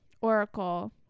oracle